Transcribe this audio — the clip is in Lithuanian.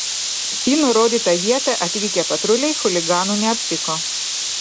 į nurodytą vietą atvykę patruliai chuliganų neaptiko